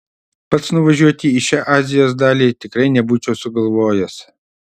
pats nuvažiuoti į šią azijos dalį tikrai nebūčiau sugalvojęs